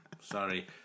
Sorry